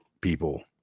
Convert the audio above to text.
people